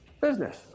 business